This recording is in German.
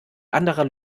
anderer